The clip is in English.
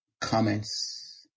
comments